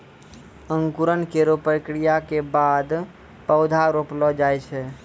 अंकुरन केरो प्रक्रिया क बाद पौधा रोपलो जाय छै